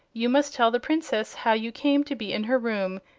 you must tell the princess how you came to be in her room,